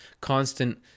constant